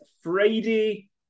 Friday